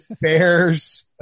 Bears